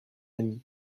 ami